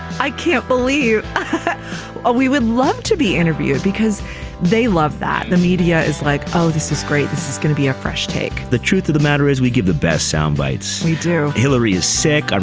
i can't believe we would love to be interviewed because they love that the media is like, oh, this is great. this is gonna be a fresh take. the truth of the matter is we give the best soundbites. we do. hillary is sick. i